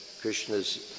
Krishna's